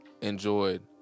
enjoyed